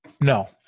No